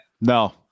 No